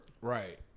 Right